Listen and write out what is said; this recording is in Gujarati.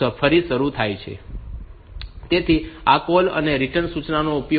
તો આ કૉલ અને રીટર્ન સૂચનાનો ઉપયોગ છે